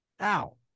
Ow